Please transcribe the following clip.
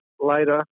later